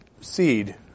seed